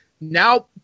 now